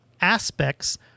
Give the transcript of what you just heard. aspects